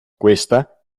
questa